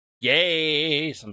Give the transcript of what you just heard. Yay